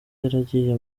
yaragiye